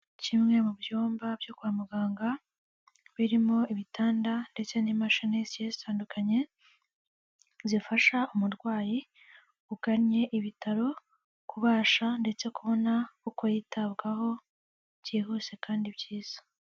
Kimwe mu byumba byo kwa muganga birimo ibitanda ndetse n'imashini zigiye zitandukanye, zifasha umurwayi ugannye ibitaro kubasha ndetse kubona uko yitabwaho byihuse kandi byiza.